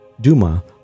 Duma